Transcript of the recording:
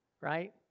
right